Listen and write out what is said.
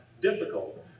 difficult